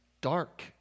dark